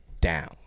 down